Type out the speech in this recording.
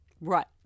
right